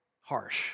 harsh